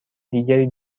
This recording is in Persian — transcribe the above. دیگری